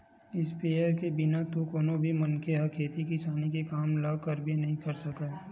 sprayer के बिना तो कोनो भी मनखे ह खेती किसानी के काम ल करबे नइ कर सकय